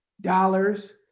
dollars